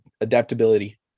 adaptability